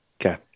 okay